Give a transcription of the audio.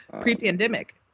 Pre-pandemic